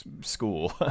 school